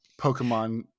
Pokemon